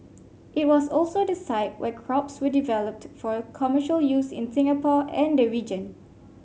it was also the site where crops were developed for commercial use in Singapore and the region